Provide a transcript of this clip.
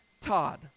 Todd